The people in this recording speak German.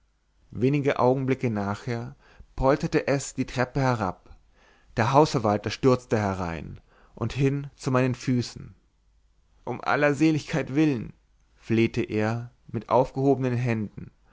wenige augenblicke nachher polterte es die treppe herab der hausverwalter stürzte herein und hin zu meinen füßen um aller seligkeit willen flehte er mit aufgehobenen händen